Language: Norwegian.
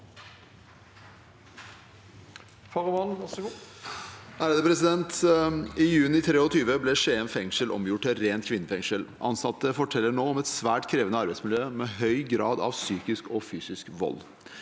«I juni 2023 ble Skien fengsel omgjort til et rent kvinnefengsel. Ansatte forteller nå om et svært krevende arbeidsmiljø med høy grad av psykisk og fysisk vold.